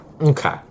Okay